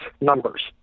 numbers